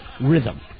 rhythm